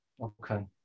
okay